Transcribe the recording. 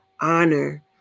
honor